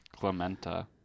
Clementa